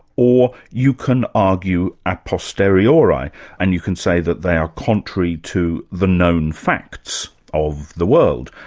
or you can argue a posterioriand and you can say that they are contrary to the known facts of the world.